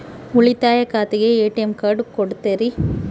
ಉಳಿತಾಯ ಖಾತೆಗೆ ATM card ಕೊಡ್ತೇರಿ?